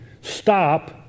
Stop